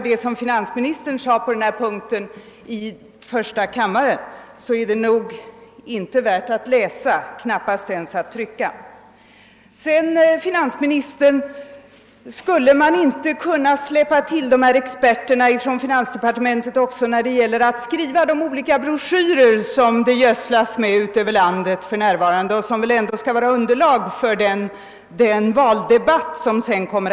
Det som finansministern sade i första kammaren på just denna punkt är nog inte värt att läsa, knappast ens att trycka. Sedan vill jag fråga finansministern, om man inte skulle kunna släppa till experterna från finansdepartementet också när det gäller att skriva de broschyrer som väl skall vara underlag för valdebatten.